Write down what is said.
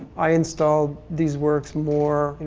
i installed these works more, you